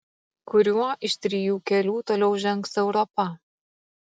kuriuo iš trijų kelių toliau žengs europa